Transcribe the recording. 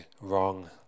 wrong